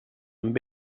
amb